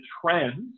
trends